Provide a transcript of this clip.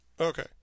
Okay